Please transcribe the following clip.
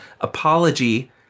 apology